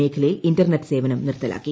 മേഖലയിൽ ഇന്റർനെറ്റ് സേവനം നിൽത്തലാക്കി